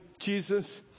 Jesus